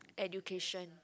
education